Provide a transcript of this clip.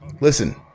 listen